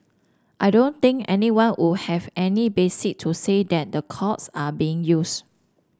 I don't think anyone would have any basis to say that the courts are being used